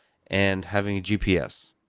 and having a gps.